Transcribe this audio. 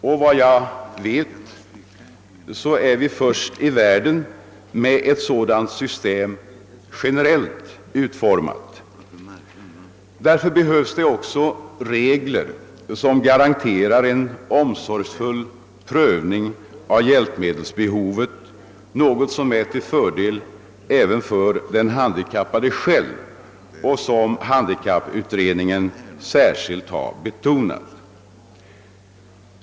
Efter vad jag vet är vi först i världen med ett sådant generellt utformat system, och därför behövs det också regler som garanterar en omsorgsfull prövning av hjälpmedelsbehovet, något som är till fördel även för den handikappade själv, vilket handikapputredningen också särskilt betonat.